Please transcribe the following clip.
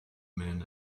man